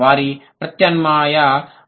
వారికి ప్రత్యామ్నాయ పదాలు ఉన్నాయి